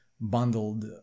bundled